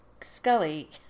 Scully